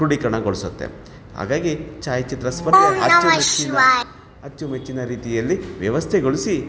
ಕ್ರೋಢೀಕರಣಗೊಳಿಸುತ್ತೆ ಹಾಗಾಗಿ ಛಾಯಾಚಿತ್ರ ಸ್ಪರ್ಧೆ ಅಚ್ಚುಮೆಚ್ಚಿನ ಅಚ್ಚುಮೆಚ್ಚಿನ ರೀತಿಯಲ್ಲಿ ವ್ಯವಸ್ಥೆಗೊಳಿಸಿ